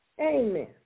Amen